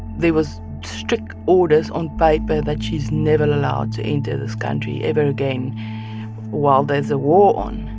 there was strict orders on paper that she's never allowed to enter this country ever again while there's a war on.